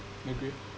agree